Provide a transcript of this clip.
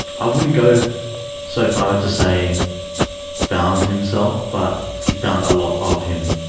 i wouldn't go so far as to say found himself, but he found a lot of him